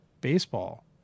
baseball